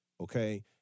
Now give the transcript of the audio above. okay